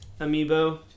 amiibo